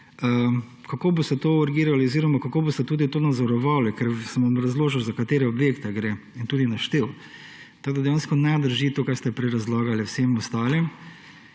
Kako boste to urgirali oziroma kako boste tudi to nadzorovali? Ker sem vam razložil, za katere objekte gre, in tudi naštel. Tako dejansko ne drži to, kar ste prej razlagali vsem ostalim.